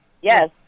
Yes